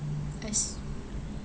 I see